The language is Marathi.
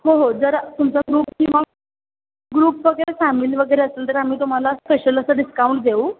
हो हो जर तुमचा ग्रुप किंवा ग्रुप वगैरे फॅमिली वगैरे असेल तर आम्ही तुम्हाला स्पेशल असं डिस्काउंट देऊ